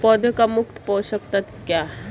पौधे का मुख्य पोषक तत्व क्या हैं?